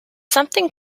something